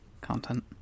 content